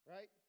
Right